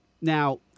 now